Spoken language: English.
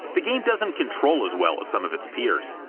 the game doesn't control as well as some of its peers.